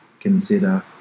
consider